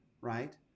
right